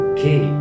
Okay